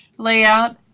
Layout